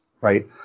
right